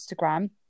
Instagram